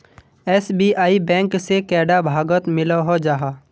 SBI bank से कैडा भागोत मिलोहो जाहा?